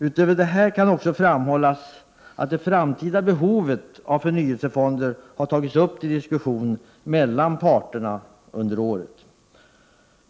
Utöver detta kan framhållas att det framtida behovet av förnyelsefonder har tagits upp till diskussion mellan parterna under året.